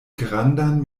grandan